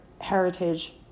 heritage